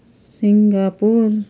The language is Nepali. सिङ्गापुर